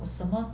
什么